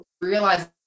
realize